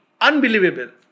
unbelievable